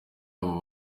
aba